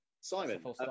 simon